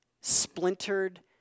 splintered